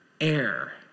air